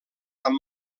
amb